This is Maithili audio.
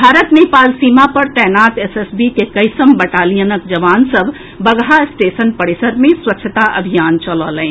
भारत नेपाल सीमा पर तैनात एसएसबीक एक्कैसम बटालियनक जवान सभ बगहा स्टेशन परिसर मे स्वच्छता अभियान चलौलनि